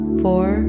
four